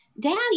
daddy